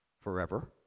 Forever